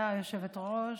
--- גברתי היושבת-ראש,